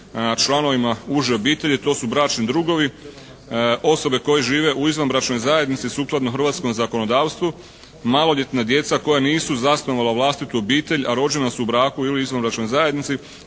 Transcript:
članovima uže obitelji, to su bračni drugovi, osobe koje žive u izvanbračnoj zajednici sukladno hrvatskom zakonodavstvu, maloljetna djeca koja nisu zasnovala vlastitu obitelj, a rođena su u braku ili izvanbračnoj zajednici